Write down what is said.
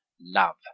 love